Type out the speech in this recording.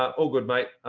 ah all good, mate.